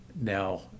Now